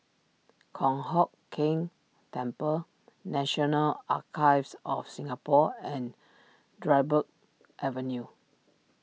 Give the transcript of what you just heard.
Kong Hock Keng Temple National Archives of Singapore and Dryburgh Avenue